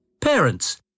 Parents